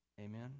amen